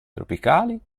tropicali